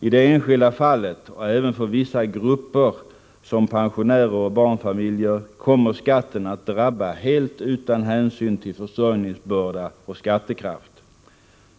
I det enskilda fallet, och även för vissa grupper som pensionärer och barnfamiljer, kommer skatten att drabba helt utan hänsyn till försörjningsbörda och skattekraft.